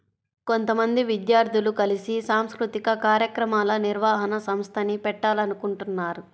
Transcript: కొంతమంది విద్యార్థులు కలిసి సాంస్కృతిక కార్యక్రమాల నిర్వహణ సంస్థని పెట్టాలనుకుంటన్నారు